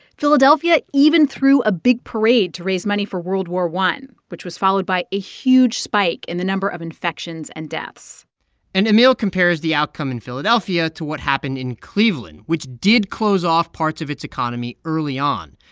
philadelphia even threw a big parade to raise money for world war i, which was followed by a huge spike in the number of infections and deaths and emil compares the outcome in philadelphia to what happened in cleveland, which did close off parts of its economy early on.